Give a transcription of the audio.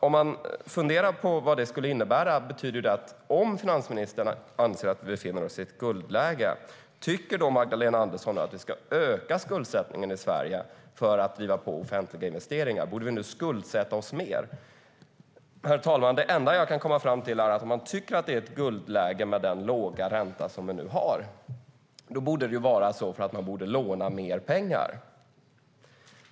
Om finansministern anser att vi befinner oss i ett guldläge, tycker då Magdalena Andersson att man ska öka skuldsättningen i Sverige för att driva på offentliga investeringar och därigenom skuldsätta oss mer? Herr talman! Det enda som jag kan komma fram till är att man tycker att det är ett guldläge med den låga ränta som vi nu har. Då borde man ju låna mer pengar.